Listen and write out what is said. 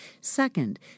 Second